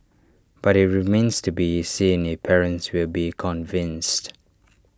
but IT remains to be seen if parents will be convinced